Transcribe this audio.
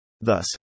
Thus